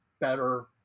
better